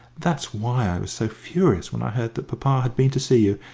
that's why i was so furious when i heard that papa had been to see you,